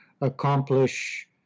accomplish